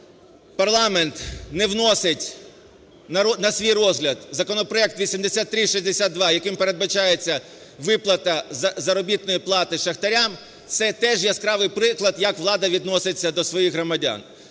парламент не вносить на свій розгляд законопроект 8362, яким передбачається виплата заробітної плати шахтарям, – це теж яскравий приклад, як влада відноситься до своїх громадян.